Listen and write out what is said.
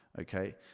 Okay